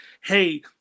Hey